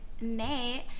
Nate